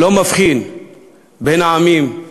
לא מבחין בין עמים,